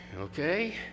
okay